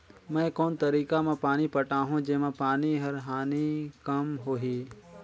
मैं कोन तरीका म पानी पटाहूं जेमा पानी कर हानि कम होही?